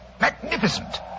Magnificent